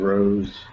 Rose